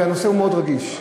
הנושא הוא מאוד רגיש,